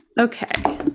Okay